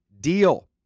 deal